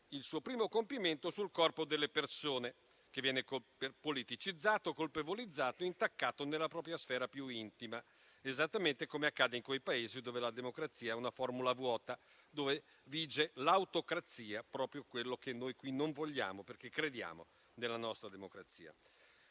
il suo primo compimento sul corpo delle persone, che viene politicizzato, colpevolizzato, intaccato nella propria sfera più intima, esattamente come accade in quei Paesi dove la democrazia è una formula vuota, dove vige l'autocrazia, proprio quello che noi qui non vogliamo, perché crediamo della nostra democrazia.